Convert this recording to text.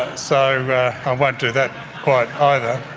so i won't do that quite either.